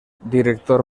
director